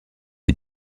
des